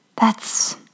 That's